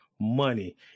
money